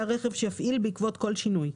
הרכב העצמאים שיפעיל בעקבות כל שינוי.